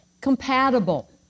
Compatible